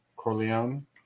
Corleone